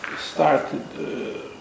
started